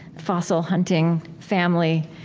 fossil hunting family,